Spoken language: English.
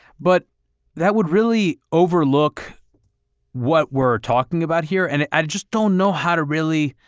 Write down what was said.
but that would really overlook what we're talking about here. and i just don't know how to really.